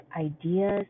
ideas